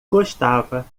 gostava